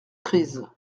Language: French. crise